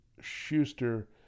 Schuster